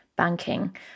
Banking